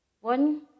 one